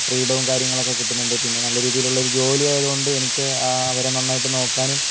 ഫ്രീഡവും കാര്യങ്ങളും ഒക്കെ കിട്ടുന്നുണ്ട് പിന്നെ നല്ല രീതിയിലുള്ള ഒരു ജോലിയായത് കൊണ്ട് എനിക്ക് അവരെ നന്നായിട്ട് നോക്കാനും